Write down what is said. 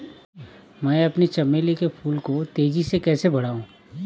मैं अपने चमेली के फूल को तेजी से कैसे बढाऊं?